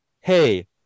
hey